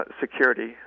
Security